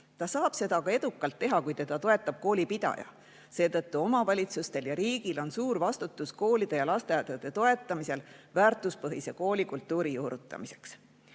Ta saab seda edukalt teha, kui teda toetab kooli pidaja. Seetõttu on omavalitsustel ja riigil suur vastutus koolide ja lasteaedade toetamisel väärtuspõhise koolikultuuri juurutamiseks.